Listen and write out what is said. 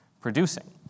producing